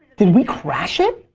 did we crash it?